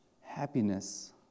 Happiness